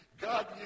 God